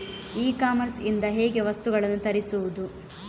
E commerce ಇಂದ ಹೇಗೆ ವಸ್ತುಗಳನ್ನು ತರಿಸುವುದು?